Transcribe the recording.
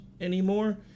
anymore